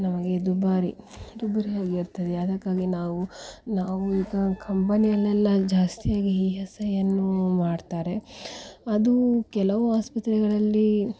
ನಮಗೆ ದುಬಾರಿ ದುಬಾರಿಯಾಗಿ ಇರ್ತದೆ ಅದಕ್ಕಾಗಿ ನಾವು ನಾವು ಈಗ ಕಂಪನಿಯಲ್ಲೆಲ್ಲ ಜಾಸ್ತಿಯಾಗಿ ಇ ಎಸ್ ಐಯನ್ನು ಮಾಡ್ತಾರೆ ಅದು ಕೆಲವು ಆಸ್ಪತ್ರೆಗಳಲ್ಲಿ